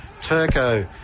Turco